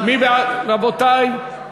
רבותי, מליאה.